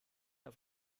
auf